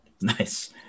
Nice